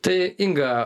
tai inga